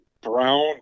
brown